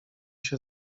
się